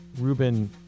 Ruben